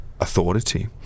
authority